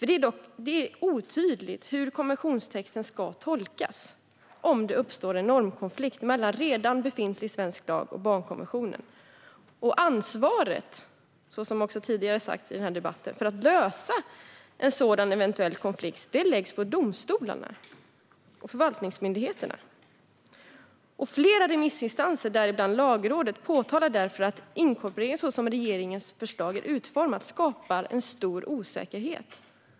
Det är nämligen otydligt hur konventionstexten ska tolkas om det uppstår en normkonflikt mellan redan befintlig svensk lag och barnkonventionen, och som tidigare har sagts i debatten läggs ansvaret för att lösa en eventuell sådan konflikt på domstolarna och förvaltningsmyndigheterna. Flera remissinstanser, däribland Lagrådet, påtalar därför att inkorporering så som regeringens förslag är utformat skapar stor osäkerhet.